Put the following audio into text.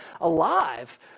alive